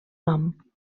nom